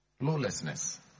lawlessness